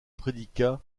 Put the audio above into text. prédicat